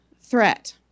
threat